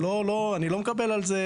אני לא מקבל על זה,